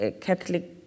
Catholic